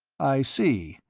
i see.